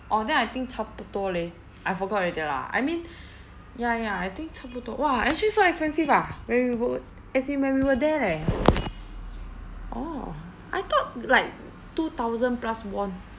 orh then I think 差不多 leh I forgot already lah I mean ya ya I think 差不多 !wah! actually so expensive ah when we go as in when we were there leh orh I thought like two thousand plus won